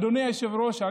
אדוני היושב-ראש,